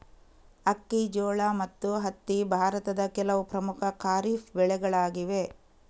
ಅಕ್ಕಿ, ಜೋಳ ಮತ್ತು ಹತ್ತಿ ಭಾರತದ ಕೆಲವು ಪ್ರಮುಖ ಖಾರಿಫ್ ಬೆಳೆಗಳಾಗಿವೆ